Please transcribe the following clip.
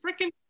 freaking